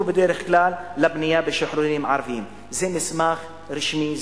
בדרך כלל לבנייה ביישובים הערביים." זה מסמך רשמי,